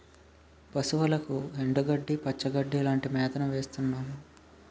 పశువులకు ఎండుగడ్డి, పచ్చిగడ్డీ లాంటి మేతను వేస్తున్నాము